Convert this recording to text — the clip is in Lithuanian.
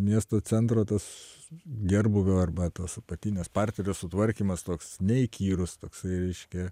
miesto centro tas gerbūvio arba tos apatinės parkerio sutvarkymas toks neįkyrūs toksai reiškia